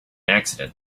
accident